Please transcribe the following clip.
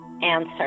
answer